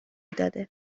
داده